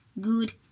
good